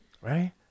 right